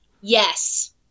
Yes